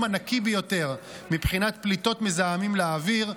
הנקי ביותר מבחינת פליטות מזהמים לאוויר,